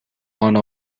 one